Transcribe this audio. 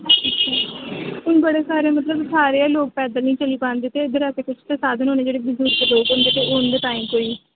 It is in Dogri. अच्छा हून बड़े सारे मतलब सारे गै लोक पैद्दल निं चली पांदे ते उद्दर आस्तै कुछ ते साधन होने जेह्ड़े बुजुर्ग लोक होंदे ते उं'दे ताईं कोई